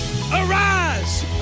arise